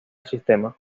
sistema